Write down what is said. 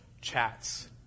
chats